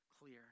clear